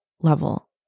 level